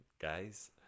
guys